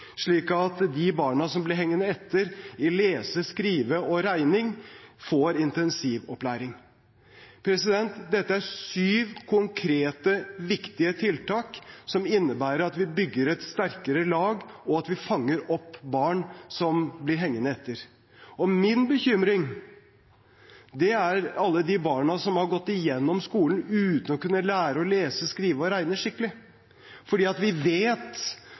slik at de barna som blir hengende etter i lesing, skriving og regning, får intensivopplæring. Dette er syv konkrete, viktige tiltak, som innebærer at vi bygger et sterkere lag, og at vi fanger opp barn som blir hengende etter. Min bekymring er alle de barna som har gått gjennom skolen uten å ha lært å lese, regne og skrive skikkelig. Vi vet